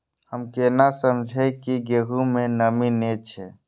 हम केना समझये की गेहूं में नमी ने छे?